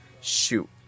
shoot